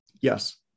Yes